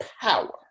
power